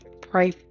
pray